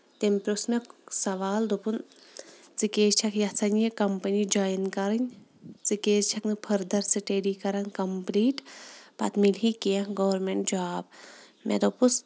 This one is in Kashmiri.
تٔمۍ پرٛژُھ مےٚ سوال دوٚپُن ژٕ کیازِ چھکھ یَژھان یہِ کَمپٔنی جویِن کَرٕنۍ ژٕ کیازِ چھکھ نہٕ فٔردر سِٹڈی کران کَمپٕلیٖٹ پَتہٕ مِلۍ ہی کینٛہہِ گورمینٹ جاب مےٚ دوٚپُس